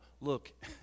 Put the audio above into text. look